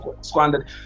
squandered